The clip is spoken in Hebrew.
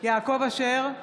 יעקב אשר,